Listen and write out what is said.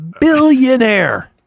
billionaire